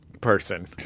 person